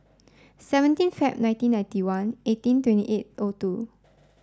seventeen Feb nineteen ninety one eighteen twenty eight o two